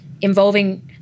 involving